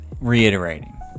reiterating